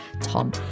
Tom